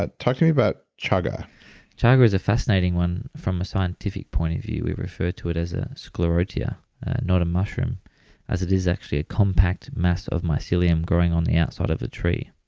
talk to me about chaga chaga is a fascinating one from a scientific point of view, we refer to it as a sclerotia not a mushroom as it is actually a compact mass of mycelium growing on the outside of a tree